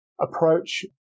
approach